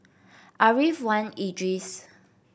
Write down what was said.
Ariff Wan Idris